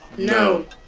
no.